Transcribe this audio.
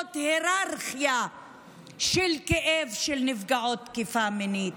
היררכיה של כאב של נפגעות תקיפה מינית.